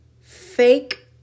fake